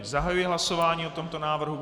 Zahajuji hlasování o tomto návrhu.